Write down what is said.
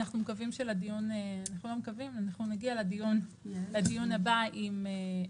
אנחנו נגיע לדיון הבא עם התייחסות.